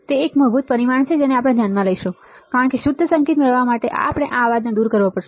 તે એક મૂળભૂત પરિમાણ છે જેને ધ્યાનમાં લેવું જોઈએ કારણ કે શુદ્ધ સંકેત મેળવવા માટે આપણે આ અવાજને દૂર કરવો પડશે